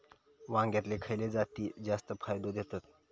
वांग्यातले खयले जाती जास्त फायदो देतत?